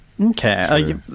Okay